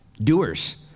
Doers